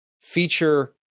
feature